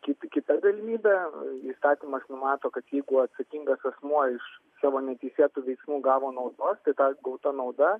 kit kita galimybė įstatymas numato kad jeigu atsakingas asmuo iš savo neteisėtų veiksmų gavo naudos tai ta gauta nauda